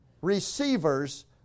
Receivers